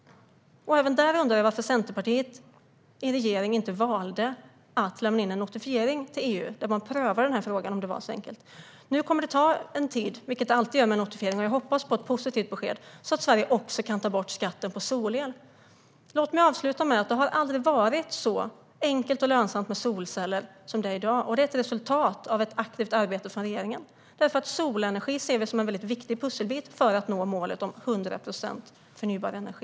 Varför valde inte Centerpartiet i regering att lämna in en notifiering till EU för prövning av frågan, om det var så enkelt? Det kommer att ta en tid, för det gör det alltid med notifieringar. Jag hoppas på ett positivt besked så att Sverige också kan ta bort skatten på solel. Låt mig avsluta med att säga att det aldrig har varit så enkelt och lönsamt med solceller som det är i dag. Det är ett resultat av ett aktivt arbete från regeringen, för vi ser solenergi som en viktig pusselbit i att nå målet om 100 procent förnybar energi.